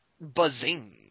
Buzzing